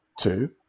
two